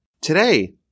today